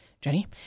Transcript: Jenny